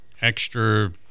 extra